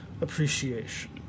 appreciation